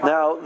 Now